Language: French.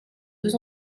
deux